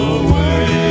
away